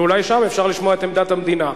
ואולי שם אפשר לשמוע את עמדת המדינה.